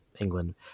England